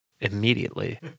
immediately